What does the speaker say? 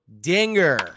dinger